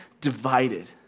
divided